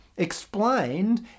explained